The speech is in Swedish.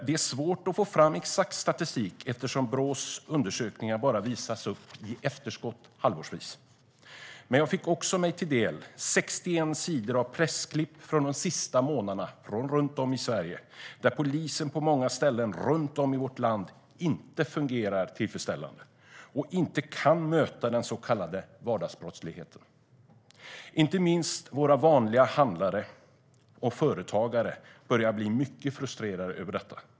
Det är svårt att få fram exakt statistik eftersom Brås undersökningar bara visas halvårsvis. Men jag fick också mig till del 61 sidor av pressklipp från hela Sverige de senaste månaderna, som visade att polisen på många ställen runt om i vårt land inte fungerar tillfredsställande och inte kan möta den så kallade vardagsbrottsligheten. Inte minst våra vanliga handlare och företagare börjar bli mycket frustrerade över detta.